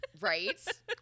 Right